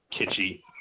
kitschy